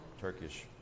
Turkish